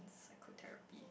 psychotherapy